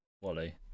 Wally